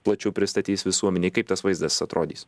plačiau pristatys visuomenei kaip tas vaizdas atrodys